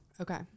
Okay